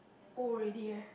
old already eh